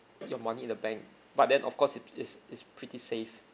your money in the bank but then of course it it's it's pretty safe